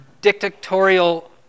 dictatorial